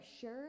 sure